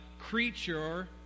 creature